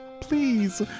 please